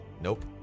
Nope